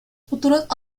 futuros